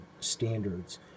standards